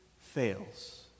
fails